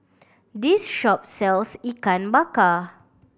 this shop sells Ikan Bakar